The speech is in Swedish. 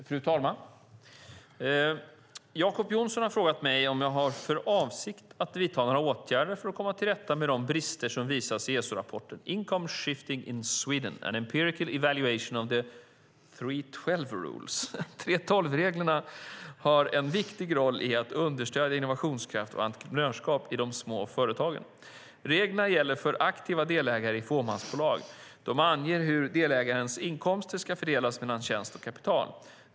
Fru talman! Jacob Johnson har frågat mig om jag har för avsikt att vidta några åtgärder för att komma till rätta med de brister som visas i ESO-rapporten Income Shifting in Sweden - An empirical evaluation of the 3:12 rules . 3:12-reglerna har en viktig roll i att understödja innovationskraft och entreprenörskap i de små företagen. Reglerna gäller för aktiva delägare i fåmansbolag. De anger hur delägarens inkomst ska fördelas mellan tjänst och kapital.